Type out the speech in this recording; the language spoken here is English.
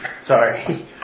Sorry